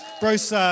Bruce